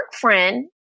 friend